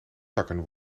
takken